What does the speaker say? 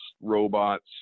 robots